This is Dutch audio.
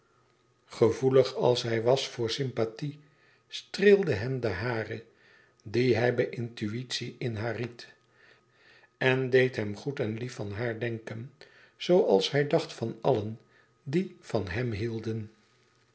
gevoelig als hij was voor sympathie streelde hem de hare die hij bij intuïtie in haar ried en deed hem goed en lief van haar denken zooals hij dacht van allen die van hèm hielden